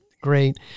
great